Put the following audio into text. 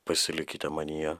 pasilikite manyje